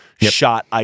shot